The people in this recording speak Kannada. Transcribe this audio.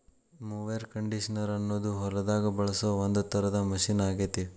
ಮೊವೆರ್ ಕಂಡೇಷನರ್ ಅನ್ನೋದು ಹೊಲದಾಗ ಬಳಸೋ ಒಂದ್ ತರದ ಮಷೇನ್ ಆಗೇತಿ